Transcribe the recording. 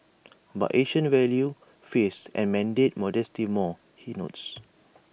but Asians value face and mandate modesty more he notes